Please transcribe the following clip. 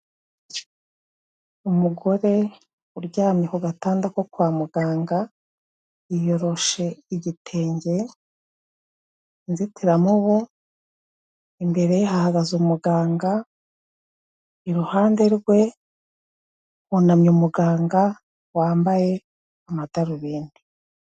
Umugore uryamye ku gatanda ko kwa muganga, yiyoroshe igitenge, inzitiramubu, imbere hahagaze umuganga, iruhande rwe hunamye umuganga wambaye amadarubindi.